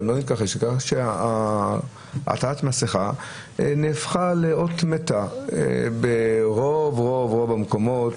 עטיית מסכה הפכה אות מתה ברוב המקומות,